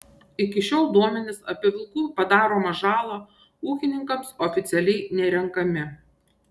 iki šiol duomenys apie vilkų padaromą žalą ūkininkams oficialiai nerenkami